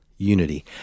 unity